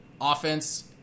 Offense